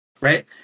Right